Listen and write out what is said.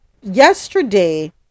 yesterday